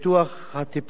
הטיפול התרופתי,